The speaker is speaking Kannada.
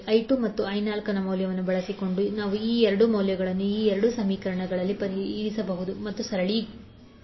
I2 ಮತ್ತು I4ನ ಮೌಲ್ಯವನ್ನು ಬಳಸಿಕೊಂಡು ನಾವು ಈ 2 ಮೌಲ್ಯಗಳನ್ನು ಈ 2 ಸಮೀಕರಣಗಳಲ್ಲಿ ಇರಿಸಬಹುದು ಮತ್ತು ಸರಳಗೊಳಿಸಬಹುದು